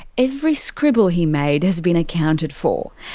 every scribble he made has been accounted for.